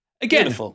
Again